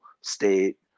state